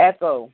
Echo